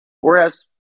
Whereas